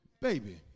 baby